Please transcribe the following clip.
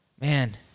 Man